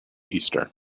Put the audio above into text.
easter